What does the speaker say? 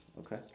okay